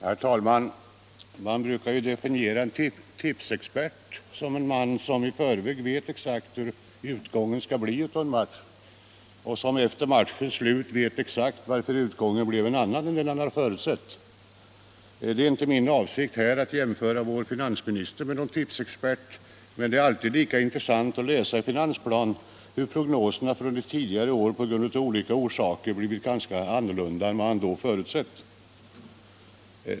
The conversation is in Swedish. Herr talman! Man brukar definiera en tipsexpert som en man som i förväg vet exakt hur utgången skall bli av en match — och som efter matchens slut vet exakt varför utgången blev en annan än den han förutsett. Det är inte min avsikt att jämföra vår finansminister med någon tipsexpert, men det är alltid lika intressant att läsa i finansplanen hur prognoserna från ett tidigare år av olika orsaker blivit ganska annorlunda än vad han då förutsett.